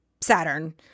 saturn